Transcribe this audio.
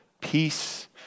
peace